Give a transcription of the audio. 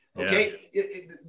Okay